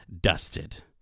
dusted